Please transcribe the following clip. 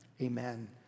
amen